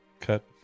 cut